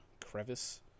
crevice